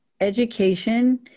education